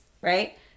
right